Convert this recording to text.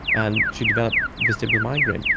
and she developed vestibular migraine.